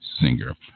Singer